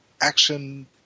action